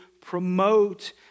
promote